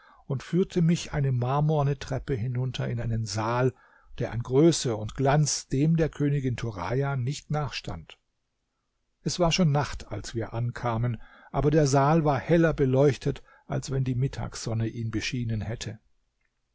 und führte mich eine marmorne treppe hinunter in einen saal der an größe und glanz dem der königin turaja nicht nachstand es war schon nacht als wir ankamen aber der saal war heller beleuchtet als wenn die mittagssonne ihn beschienen hätte